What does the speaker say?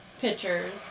pictures